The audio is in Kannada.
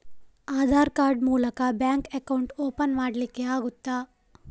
ಆಧಾರ್ ಕಾರ್ಡ್ ಮೂಲಕ ಬ್ಯಾಂಕ್ ಅಕೌಂಟ್ ಓಪನ್ ಮಾಡಲಿಕ್ಕೆ ಆಗುತಾ?